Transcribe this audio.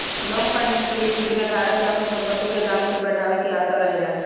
long finance के स्थिति में धारक के आपन संपत्ति के दाम के बढ़ावे के आशा रहेला